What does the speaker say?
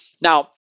Now